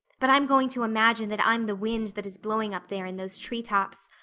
but i'm going to imagine that i'm the wind that is blowing up there in those tree tops.